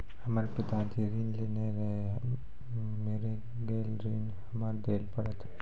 हमर पिताजी ऋण लेने रहे मेर गेल ऋण हमरा देल पड़त?